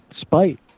spite